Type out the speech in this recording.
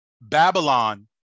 Babylon